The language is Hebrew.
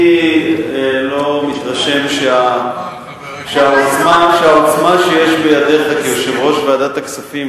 אני לא מתרשם שהעוצמה שיש בידיך כיושב-ראש ועדת הכספים,